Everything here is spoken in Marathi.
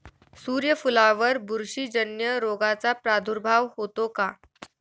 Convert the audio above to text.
सूर्यफुलावर बुरशीजन्य रोगाचा प्रादुर्भाव होतो का?